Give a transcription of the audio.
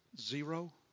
zero